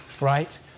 Right